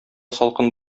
салкын